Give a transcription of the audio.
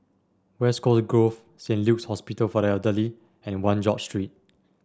West Coast Grove Saint Luke's Hospital for the Elderly and One George Street